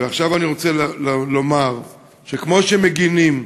ועכשיו אני רוצה לומר שכמו שמגינים